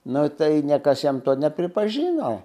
nu tai ne kas jam to nepripažino